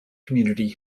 community